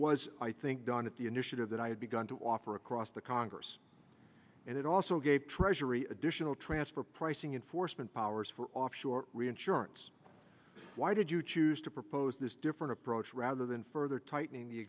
was i think done at the initiative that i had begun to offer across the congress and it also gave treasury additional transfer pricing in forstmann powers for offshore reinsurance why did you choose to propose this different approach rather than further tightening the